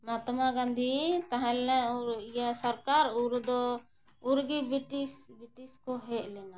ᱢᱟᱦᱛᱢᱟ ᱜᱟᱱᱫᱷᱤ ᱛᱟᱦᱮᱸ ᱞᱮᱱᱟ ᱤᱭᱟᱹ ᱥᱚᱨᱠᱟᱨ ᱩᱱ ᱨᱮᱫᱚ ᱩᱱᱨᱮᱜᱮ ᱵᱨᱤᱴᱤᱥ ᱵᱨᱤᱴᱤᱥ ᱠᱚ ᱦᱮᱡ ᱞᱮᱱᱟ